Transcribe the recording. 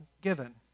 given